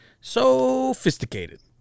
Sophisticated